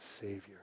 Savior